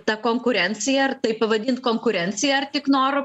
ta konkurencija ar tai pavadint konkurencija ar tik noru